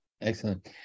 Excellent